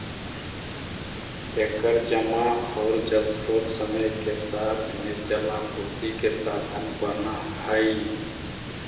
एकर जमा होल जलस्रोत समय के साथ में जलापूर्ति के साधन बनऽ हई